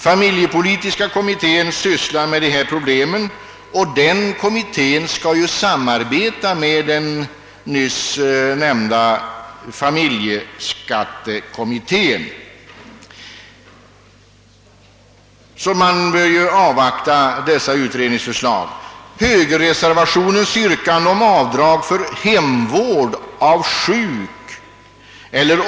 Familjepolitiska kommittén sysslar med dessa problem, och denna kommitté skall samarbeta med den nyss nämnda familjeskatteberedningen, varför man bör avvakta dess utredningsförslag. Högerreservationens yrkande om avdrag för kostnaderna för hemvård av sjuk eller.